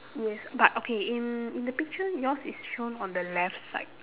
yes but okay in in the picture yours is shown on the left side